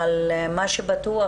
אבל מה שבטוח,